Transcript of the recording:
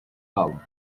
calm